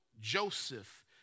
Joseph